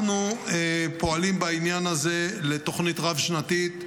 אנחנו פועלים בעניין הזה לתוכנית רב-שנתית,